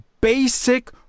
Basic